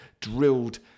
drilled